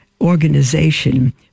organization